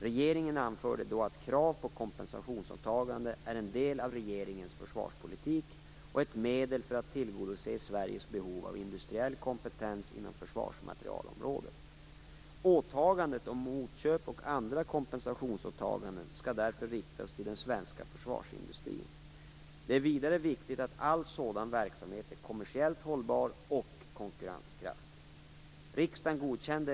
Regeringen anförde då att krav på kompensationsåtaganden är en del av regeringens försvarspolitik och ett medel för att tillgodose Sveriges behov av industriell kompetens inom försvarsmaterielområdet. Åtaganden om motköp och andra kompensationsåtaganden skall därför riktas till den svenska försvarsindustrin. Det är vidare viktigt att all sådan verksamhet är kommersiellt hållbar och konkurrenskraftig.